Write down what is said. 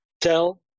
tell